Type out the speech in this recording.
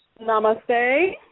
Namaste